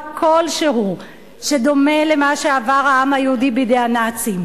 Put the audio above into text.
כלשהו שדומה למה שעבר העם היהודי בידי הנאצים.